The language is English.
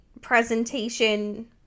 presentation